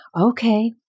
okay